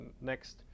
next